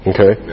Okay